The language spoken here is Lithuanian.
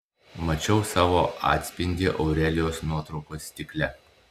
mačiau savo atspindį aurelijos nuotraukos stikle